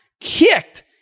kicked